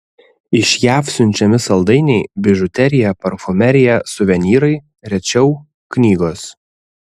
iš jav siunčiami saldainiai bižuterija parfumerija suvenyrai rečiau knygos